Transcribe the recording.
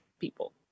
people